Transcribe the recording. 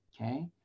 Okay